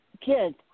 kids